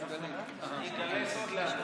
אני אגלה סוד לאדוני: